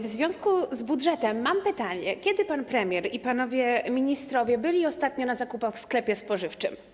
W związku z budżetem mam pytanie, kiedy pan premier i panowie ministrowie byli ostatnio na zakupach w sklepie spożywczym.